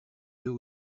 deux